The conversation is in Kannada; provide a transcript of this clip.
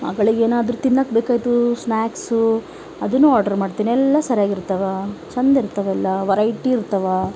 ಮಗ್ಳಿಗೆ ಏನಾದ್ರೂ ತಿನ್ನಕ್ಕೆ ಬೇಕಾಯ್ತು ಸ್ನಾಕ್ಸು ಅದನ್ನೂ ಆರ್ಡರ್ ಮಾಡ್ತೀನಿ ಎಲ್ಲ ಸರಿಯಾಗಿರ್ತವೆ ಚಂದ ಇರ್ತವೆ ಎಲ್ಲ ವರೈಟಿ ಇರ್ತವೆ